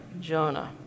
Jonah